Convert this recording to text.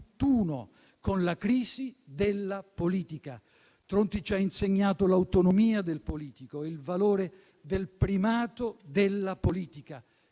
con la crisi della politica. Tronti ci ha insegnato "l'autonomia del politico" e il valore del primato della politica,